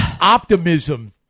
optimism